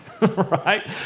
right